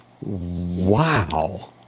Wow